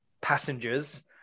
passengers